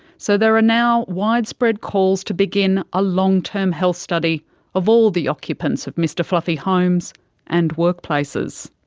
so there are now widespread calls to begin a long-term health study of all the occupants of mr fluffy homes and workplaces.